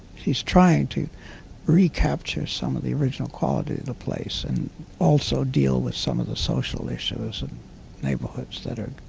she's trying to recapture some of the original quality of the place and also deal with some of the social issues and neighborhoods that are